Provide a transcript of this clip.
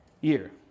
year